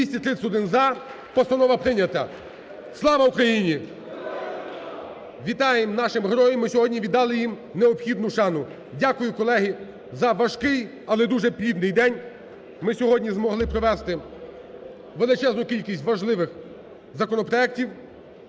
За-231 Постанова прийнята. Слава Україні! Вітання нашим героям, ми сьогодні дали їм необхідну шану. Дякую, колеги, за важкий, але дуже плідний день. Ми сьогодні змогли провести величезну кількість важливих законопроектів.